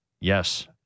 Yes